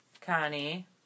Connie